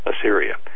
Assyria